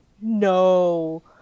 No